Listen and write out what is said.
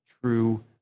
true